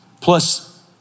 plus